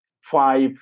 five